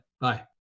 Bye